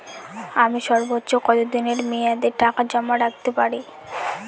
আমি সর্বোচ্চ কতদিনের মেয়াদে টাকা জমা রাখতে পারি?